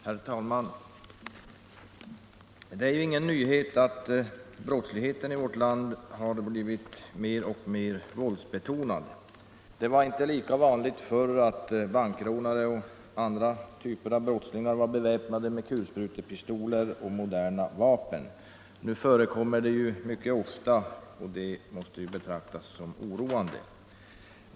Herr talman! Det är ju ingen nyhet att brottsligheten i vårt land har blivit alltmer våldsbetonad. Det var inte lika vanligt förr att bankrånare och andra brottslingar var beväpnade med kulsprutepistoler och andra moderna vapen. Nu förekommer detta mycket ofta, och det måste betraktas som oroande.